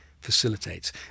facilitates